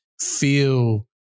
feel